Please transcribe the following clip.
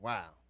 Wow